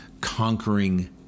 conquering